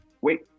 Wait